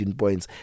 points